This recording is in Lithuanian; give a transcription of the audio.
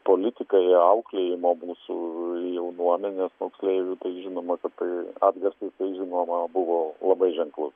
politikai auklėjimo mūsų jaunuomenės moksleivių tai žinoma kad tai atgarsis žinoma buvo labai ženklus